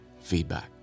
feedback